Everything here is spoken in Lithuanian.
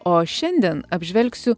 o šiandien apžvelgsiu